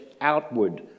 outward